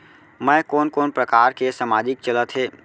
मैं कोन कोन प्रकार के सामाजिक चलत हे?